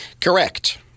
Correct